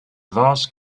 thus